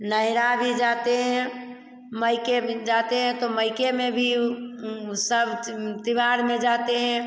नहिरा भी जाते हैं माइके में जाते हैं तो माइके में भी वह सब त्यौहार में जाते हैं